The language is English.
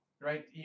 Right